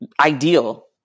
ideal